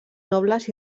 nobles